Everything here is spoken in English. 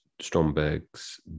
Stromberg's